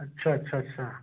अच्छा अच्छा अच्छा